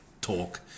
talk